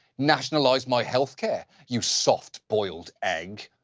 nationalize my healthcare, you soft boiled egg.